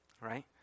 right